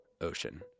ocean